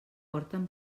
porten